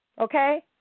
okay